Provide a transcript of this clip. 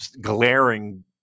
glaring